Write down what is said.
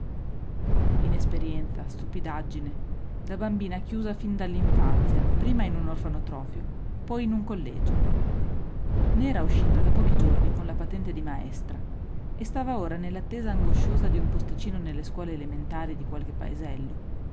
inesperienza stupidaggine da bambina chiusa fin dall'infanzia prima in un orfanotrofio poi in un collegio ne era uscita da pochi giorni con la patente di maestra e stava ora nell'attesa angosciosa di un posticino nelle scuole elementari di qualche paesello